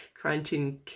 crunching